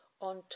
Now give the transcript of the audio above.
on